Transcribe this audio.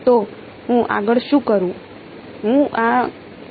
તો હું આગળ શું કરું